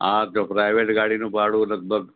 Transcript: હા તો પ્રાઇવેટ ગાડીનું ભાડું લગભગ